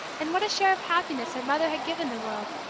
and what a share of happiness her mother had given the world!